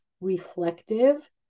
reflective